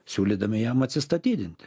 siūlydami jam atsistatydinti